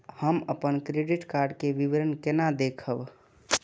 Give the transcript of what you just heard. हम अपन credit card के विवरण केना देखब?